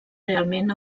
realment